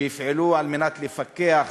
שיפעלו על מנת לפקח